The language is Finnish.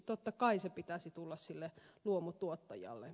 totta kai sen pitäisi tulla sille luomutuottajalle